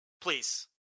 Please